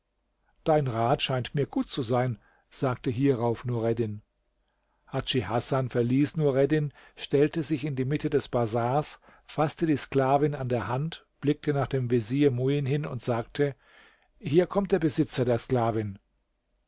dein rat scheint mir gut zu sein sagte hierauf nureddin hadschi hasan verließ nureddin stellte sich in die mitte des bazars faßte die sklavin an der hand blickte nach dem vezier muin hin und sagte hier kommt der besitzer der sklavin